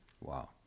Wow